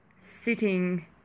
sitting